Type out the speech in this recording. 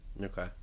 Okay